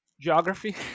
geography